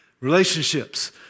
Relationships